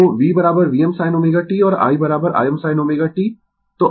तो v Vm sin ω t और I Im sin ω t